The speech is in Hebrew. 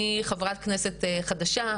אני חברת כנסת חדשה,